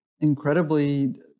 incredibly